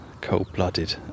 cold-blooded